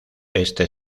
este